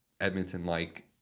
Edmonton-like